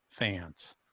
fans